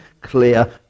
clear